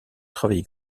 travaillé